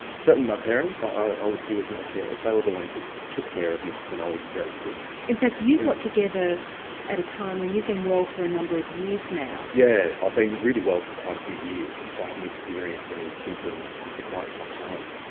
certainly my parents, i would view as my carers, they were the ones that took care of me when i was very sick. in fact you got together at a time when you've been well for a number of years now. yeah, i've been really well for quite a few years so i haven't experienced any symptoms for quite some time.